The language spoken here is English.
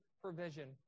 provision